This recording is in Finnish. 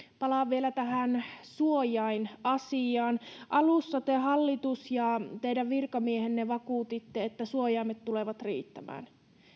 palaan vielä tähän suojainasiaan alussa te hallitus ja teidän virkamiehenne vakuutitte että suojaimet tulevat riittämään